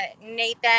Nathan